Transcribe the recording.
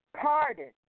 pardon